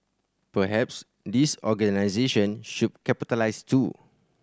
perhaps these organisation should capitalize too